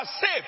safe